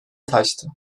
taştı